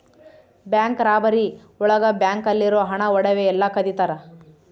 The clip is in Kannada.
ಬ್ಯಾಂಕ್ ರಾಬರಿ ಒಳಗ ಬ್ಯಾಂಕ್ ಅಲ್ಲಿರೋ ಹಣ ಒಡವೆ ಎಲ್ಲ ಕದಿತರ